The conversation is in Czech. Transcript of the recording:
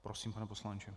Prosím, pane poslanče.